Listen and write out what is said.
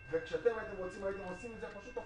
וכשאתם הייתם רוצים הייתם עושים את זה,